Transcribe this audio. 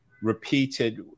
repeated